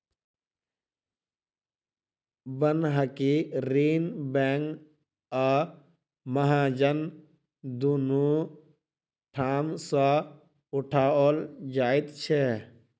बन्हकी ऋण बैंक आ महाजन दुनू ठाम सॅ उठाओल जाइत छै